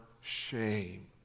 shame